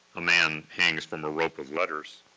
a man hangs from a rope of letters.